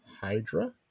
Hydra